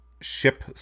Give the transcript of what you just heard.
ship